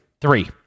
Three